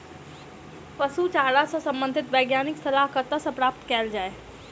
पशु चारा सऽ संबंधित वैज्ञानिक सलाह कतह सऽ प्राप्त कैल जाय?